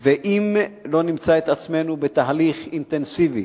ואם לא נמצא את עצמנו בתהליך אינטנסיבי